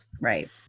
Right